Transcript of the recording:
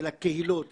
לקהילות,